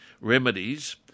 remedies